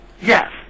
yes